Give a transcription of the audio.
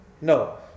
No